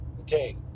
okay